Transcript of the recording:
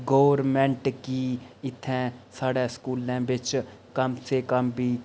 government गी इत्थें साढ़े स्कूलें बिच्च कम से कम बी